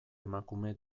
emakume